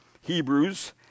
Hebrews